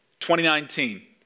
2019